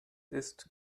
ist